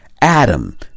adam